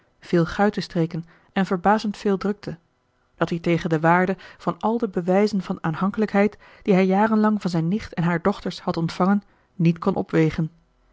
veel guitenstreken en verbazend veel drukte dat hiertegen de waarde van al de bewijzen van aanhankelijkheid die hij jarenlang van zijne nicht en hare dochters had ontvangen niet kon opwegen